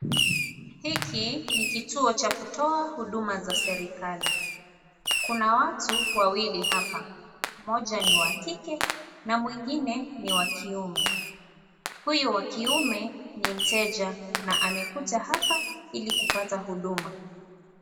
Hiki ni kituo cha kutoa huduma za serikali. Kuna watu wawili hapa, mmoja ni wa kike na mwingine ni wakiume. Huyu wa kiume ni mteja na amekuja hapa ili kupata huduma.